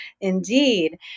indeed